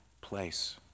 place